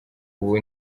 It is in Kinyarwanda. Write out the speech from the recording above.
ubu